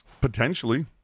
Potentially